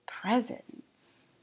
presence